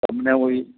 તમને હું એ